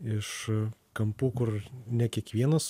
iš kampų kur ne kiekvienas